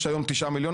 יש היום 9 מיליון,